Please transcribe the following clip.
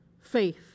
faith